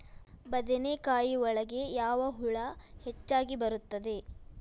ಬದನೆಕಾಯಿ ಒಳಗೆ ಯಾವ ಹುಳ ಹೆಚ್ಚಾಗಿ ಬರುತ್ತದೆ?